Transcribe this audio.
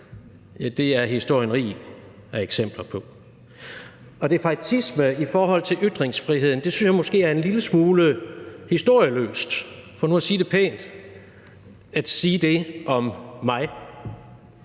det er historien rig af eksempler på. Og hvad angår defaitisme i forhold til ytringsfriheden, så synes jeg måske, det er en lille smule historieløst – for nu at sige det pænt – at sige det om mig.